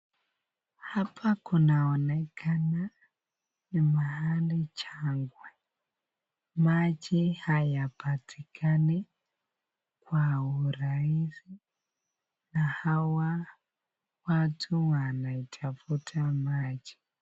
Hapa kunaonekana ni mahali jangwa. Maji hayapatikani kwa urahisi na hawa watu wanaitafuta maji.